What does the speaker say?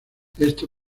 esto